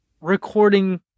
recording